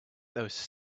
those